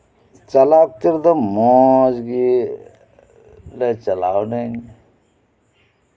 ᱪᱟᱞᱟᱣ ᱚᱠᱛᱚ ᱨᱮᱫᱚ ᱢᱚᱡᱽ ᱜᱤᱞᱮ ᱪᱟᱞᱟᱣᱞᱮᱱ